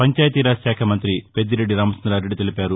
పంచాయితీరాజ్ శాఖ మంతి పెద్దిరెడ్డి రామచంద్రారెడ్డి తెలిపారు